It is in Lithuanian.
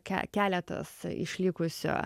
keletas išlikusių